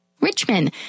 Richmond